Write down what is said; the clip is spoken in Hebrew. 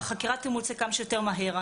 החקירה תמוצה כמה שיותר מהר,